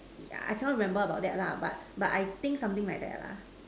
yeah I cannot remember about that lah but but I think something like that lah